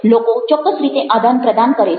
લોકો ચોક્કસ રીતે આદાન પ્રદાન કરે છે